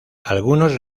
algunos